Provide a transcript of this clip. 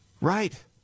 Right